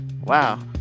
Wow